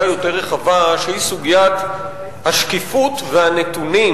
יותר רחבה שהיא סוגיית השקיפות והנתונים,